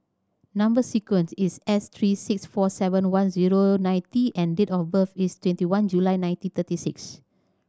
number sequence is S three six four seven one zero nine T and date of birth is twenty one July nineteen thirty six